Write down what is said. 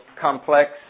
complex